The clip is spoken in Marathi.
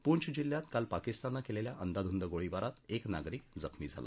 पूछ जिल्ह्यात काल पाकिस्ताननं केलेल्या अंदाधुंद गोळीबारात एक नागरिक जखमी झाला